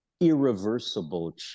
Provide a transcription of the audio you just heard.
irreversible